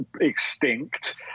extinct